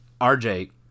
RJ